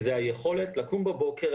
זה היכולת לקום בבוקר,